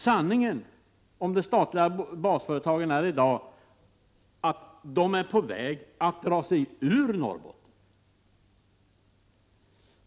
Sanningen om de statliga basföretagen är i dag att de är på väg att dra sig ur Norrbotten.